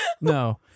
no